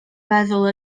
feddwl